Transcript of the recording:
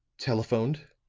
telephoned,